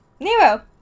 Nero